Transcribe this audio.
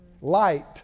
Light